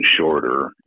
shorter